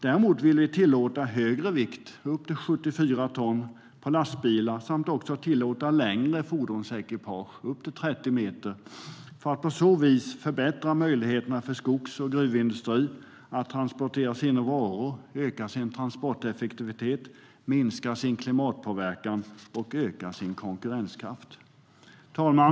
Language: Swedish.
Däremot vill vi tillåta en högre vikt, upp till 74 ton, på lastbilar och även tillåta längre fordonsekipage, upp till 30 meter, för att på så vis förbättra möjligheterna för skogs och gruvindustri att transportera sina varor, öka transporteffektiviteten, minska klimatpåverkan och öka konkurrenskraften. Fru talman!